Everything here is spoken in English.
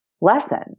lesson